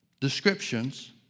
descriptions